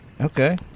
Okay